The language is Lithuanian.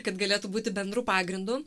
kad galėtų būti bendru pagrindu